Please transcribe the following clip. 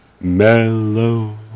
Mellow